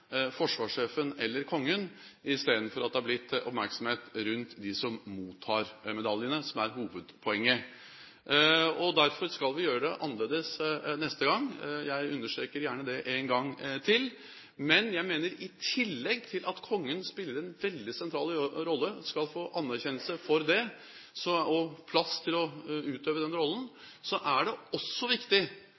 forsvarssjefen eller kongen, i stedet for at det har blitt oppmerksomhet rundt dem som mottar medaljene, som er hovedpoenget. Derfor skal vi gjøre det annerledes neste gang, jeg understreker gjerne det én gang til. Men jeg mener at i tillegg til at kongen spiller en veldig sentral rolle – og skal få anerkjennelse for det og plass til å utøve den rollen – er det også viktig